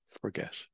forget